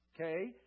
Okay